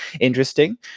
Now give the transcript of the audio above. interesting